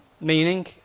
meaning